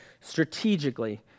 strategically